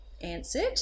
answered